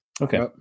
okay